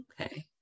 Okay